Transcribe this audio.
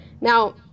Now